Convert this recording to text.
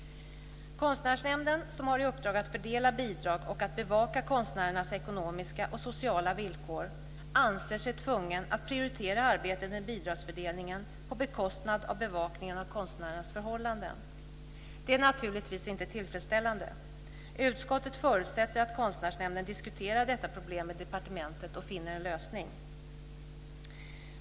Konstnärsnämnden som har i uppdrag att fördela bidrag och att bevaka konstnärernas ekonomiska och sociala villkor anser sig tvungen att prioritera arbetet med bidragsfördelningen på bekostnad av bevakningen av konstnärernas förhållanden. Det är naturligtvis inte tillfredsställande. Utskottet förutsätter att Konstnärsnämnden diskuterar detta problem med departementet och finner en lösning.